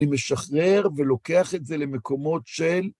אני משחרר ולוקח את זה למקומות של...